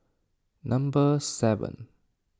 number seven